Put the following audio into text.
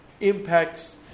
impacts